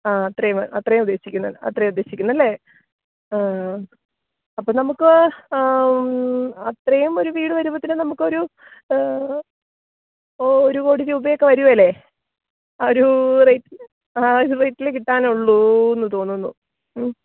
ആ അത്രെയും അത്രെയും ഉദ്ദേശിക്കുന്നു അത്രെയും ഉദ്ദേശിക്കുന്നു അല്ലേ അപ്പോള് നമുക്ക് അത്രെയും ഒരു വീട് വരുമ്പോഴത്തേനും നമുക്ക് ഒരു ഒരു കോടി രൂപയൊക്കെ വരുകയില്ലേ ആ ഒരു റേറ്റിന് ആ ഒരു റേറ്റിലേ കിട്ടാനുള്ളൂ എന്നു തോന്നുന്നു മ്